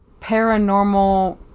paranormal